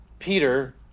Peter